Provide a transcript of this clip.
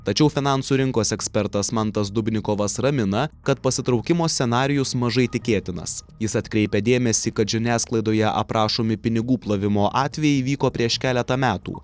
tačiau finansų rinkos ekspertas mantas dubnikovas ramina kad pasitraukimo scenarijus mažai tikėtinas jis atkreipia dėmesį kad žiniasklaidoje aprašomi pinigų plovimo atvejai įvyko prieš keletą metų